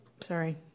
sorry